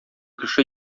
кеше